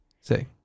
Say